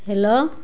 hello